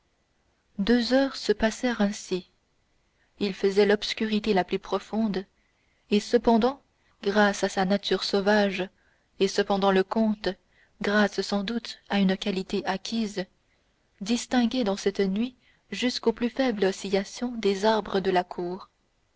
deux heures se passèrent ainsi il faisait l'obscurité la plus profonde et cependant ali grâce à sa nature sauvage et cependant le comte grâce sans doute à une qualité acquise distinguaient dans cette nuit jusqu'aux plus faibles oscillations des arbres de la cour